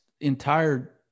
entire